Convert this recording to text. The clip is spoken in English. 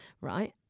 right